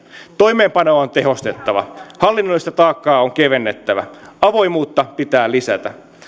toimeenpanoa on tehostettava hallinnollista taakkaa on kevennettävä avoimuutta pitää lisätä